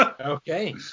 Okay